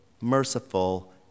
merciful